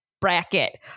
Bracket